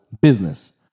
business